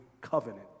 covenant